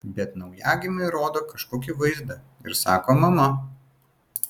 bet naujagimiui rodo kažkokį vaizdą ir sako mama